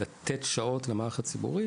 לתת שעות למערך הציבורי